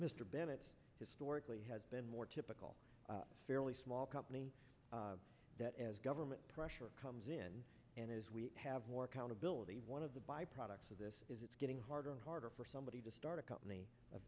mr bennett historically has been more typical fairly small company that as government pressure comes in and as we have more countability one of the byproducts of this is it's getting harder and harder for somebody to start a company